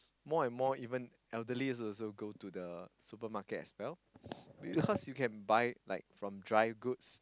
more and more even elderly also go to the supermarket as well because you can buy like from dry goods